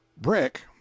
Brick